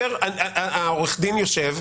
עורך הדין יושב,